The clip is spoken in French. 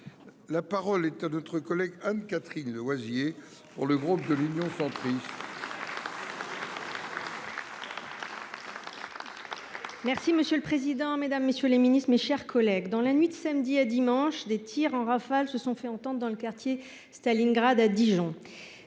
La parole est à Mme Anne Catherine Loisier, pour le groupe Union Centriste. Monsieur le président, mesdames, messieurs les ministres, mes chers collègues, dans la nuit de samedi à dimanche, des tirs en rafale se sont fait entendre dans le quartier Stalingrad à Dijon.